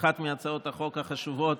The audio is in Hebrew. אחת מהצעות החוק החשובות